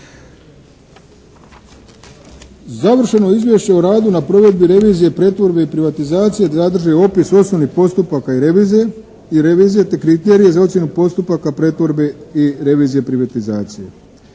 Završeno izvješće o radu na provedbi revizije, pretvorbe i privatizacije sadrži opis osnovnih postupaka i revizije, te kriterije za ocjenu postupaka pretvorbe i revizije privatizacije.